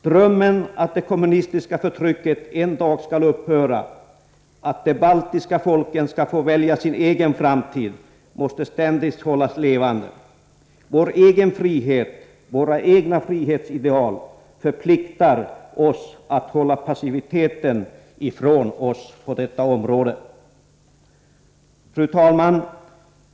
Drömmen att det kommunistiska förtrycket en dag skall upphöra, att de baltiska folken skall få välja sin egen framtid måste ständigt hållas levande. Vår egen frihet, våra egna frihetsideal förpliktar oss att hålla passiviteten ifrån oss på detta område. Fru talman!